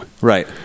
Right